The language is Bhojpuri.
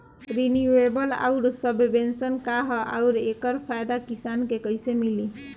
रिन्यूएबल आउर सबवेन्शन का ह आउर एकर फायदा किसान के कइसे मिली?